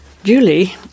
Julie